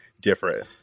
different